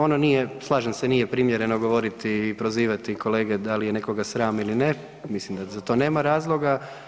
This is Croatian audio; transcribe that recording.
Ono nije, slažem se, nije primjereno govoriti i prozivati kolege dal je nekoga sram ili ne, mislim da za to nema razloga.